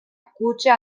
kutxa